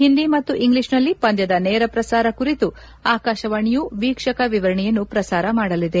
ಹಿಂದಿ ಮತ್ತು ಇಂಗ್ಲಿಷ್ನಲ್ಲಿ ಪಂದ್ಯದ ನೇರಪ್ರಸಾರ ಕುರಿತು ಆಕಾಶವಾಣಿಯು ವೀಕ್ಷಕ ವಿವರಣೆಯನ್ನು ಪ್ರಸಾರ ಮಾಡಲಿದೆ